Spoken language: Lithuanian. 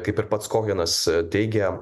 kaip ir pats kohenas teigia